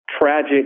tragic